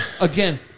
Again